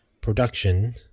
production